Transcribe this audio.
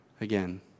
again